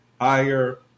higher